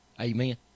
Amen